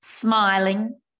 smiling